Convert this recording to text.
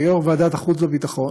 כיו"ר ועדת החוץ והביטחון,